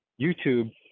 YouTube